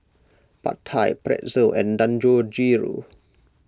Pad Thai Pretzel and Dangojiru